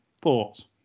Thoughts